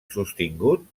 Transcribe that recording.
sostingut